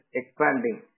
expanding